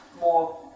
more